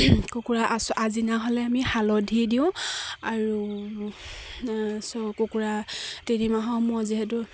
কুকুৰাৰ আজিনা হ'লে আমি হালধি দিওঁ আৰু কুকুৰাৰ তিনিমাহৰ মূৰত যিহেতু